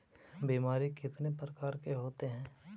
बीमारी कितने प्रकार के होते हैं?